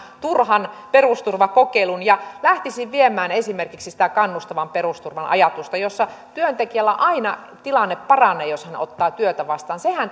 turhan perusturvakokeilun ja lähtisi viemään esimerkiksi sitä kannustavan perusturvan ajatusta jossa työntekijällä aina tilanne paranee jos hän ottaa työtä vastaan sehän